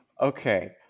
okay